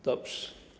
Dobrze.